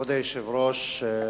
כבוד היושב-ראש,